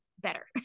better